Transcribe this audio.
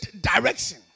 direction